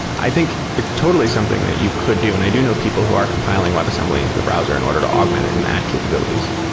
i think it's totally something that you could do, and i do know people who are compiling webassembly into the browser in order to augment it and add capabilities